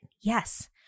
Yes